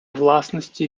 власності